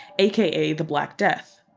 aka the black death.